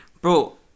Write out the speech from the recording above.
Bro